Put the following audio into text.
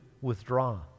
withdraw